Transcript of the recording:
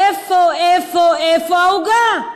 איפה, איפה, איפה העוגה?